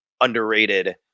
underrated